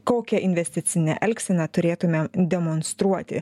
kokią investicinę elgseną turėtume demonstruoti